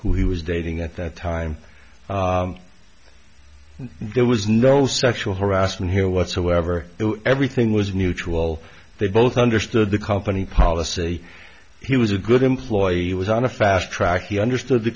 he was dating at that time there was no sexual harassment here whatsoever everything was neutral they both understood the company policy he was a good employee he was on a fast track he understood the